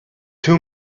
two